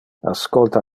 ascolta